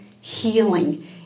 healing